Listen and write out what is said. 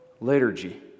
Liturgy